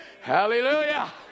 Hallelujah